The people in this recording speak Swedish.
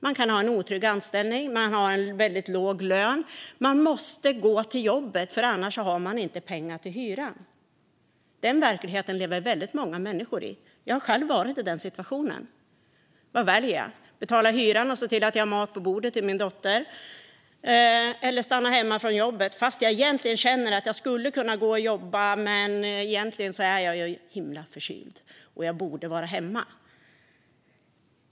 Man kan ha en otrygg anställning eller en väldigt låg lön, och man måste gå till jobbet, för annars har man inte pengar till hyran. Den verkligheten lever väldigt många människor i. Jag har själv varit i den situationen. Vad väljer jag? Betalar hyran och ser till att jag har mat på bordet till min dotter eller stannar hemma från jobbet när jag känner att jag skulle kunna gå och jobba men egentligen är himla förkyld och borde vara hemma?